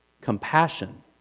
compassion